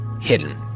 hidden